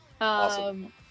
Awesome